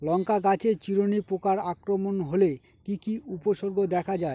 লঙ্কা গাছের চিরুনি পোকার আক্রমণ হলে কি কি উপসর্গ দেখা যায়?